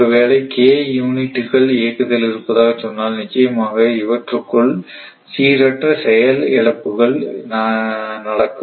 ஒருவேளை K யூனிட்டுகள் இயக்கத்தில் இருப்பதாகச் சொன்னால் நிச்சயமாக இவற்றுக்குள் சீரற்ற செயல் இழப்புகள் நடக்கும்